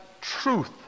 Truth